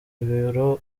ibiro